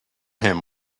him